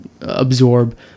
absorb